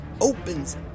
opens